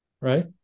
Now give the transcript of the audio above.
right